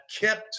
kept